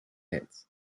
hits